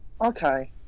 Okay